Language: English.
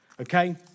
Okay